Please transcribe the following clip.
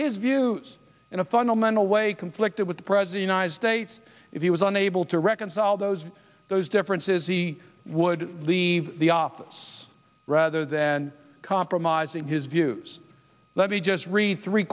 his views in a fundamental way conflicted with the president i'd states if he was unable to reconcile those those differences the would leave the office rather than compromising his views let me just read three